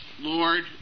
Lord